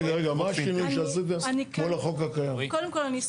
רגע, רגע, מה השינוי שעשיתם מול החוק הקיים?